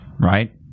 Right